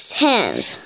hands